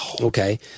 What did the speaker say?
Okay